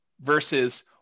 versus